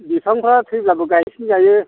बिफांफोरा थैब्लाबो गायफिनजायो